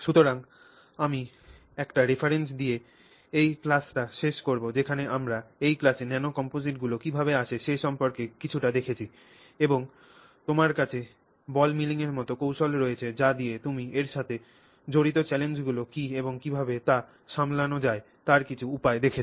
সুতরাং আমি একটি রেফারেন্স দেখিয়ে এই ক্লাসটি শেষ করব যেখানে আমরা এই ক্লাসে ন্যানো কমপোজিটগুলি কীভাবে আসে সে সম্পর্কে কিছুটা দেখেছি এবং তোমার কাছে বল মিলিংয়ের মতো কৌশল রয়েছে যা দিয়ে তুমি এর সাথে জড়িত চ্যালেঞ্জগুলি কি এবং কীভাবে তা সামলান যায় তার কিছু উপায় দেখেছ